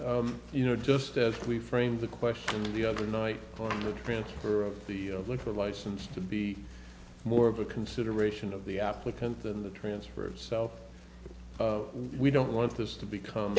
then you know just as we framed the question the other night for the transfer of the liquor license to be more of a consideration of the applicant than the transfer itself we don't want this to become